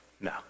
No